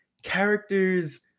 characters